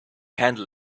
handle